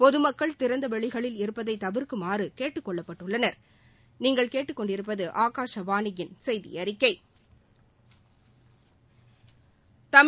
பொது மக்கள் திறந்த வெளிகளில் இருப்பதை தவிா்க்குமாறு கேட்டுக்கொள்ளப்பட்டுள்ளனா்